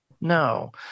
No